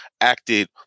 acted